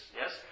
yes